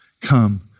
come